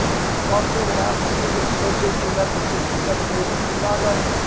he's sponsoring the national speakers association we met for six to seven days in chicago,